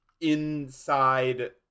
inside